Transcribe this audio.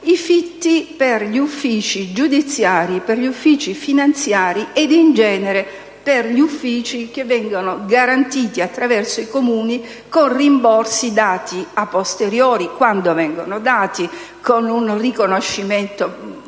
i fitti per gli uffici giudiziari, finanziari e, in genere, per gli uffici che vengono garantiti attraverso i Comuni con rimborsi dati *a posteriori*, quando vengono dati, con un riconoscimento